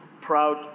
proud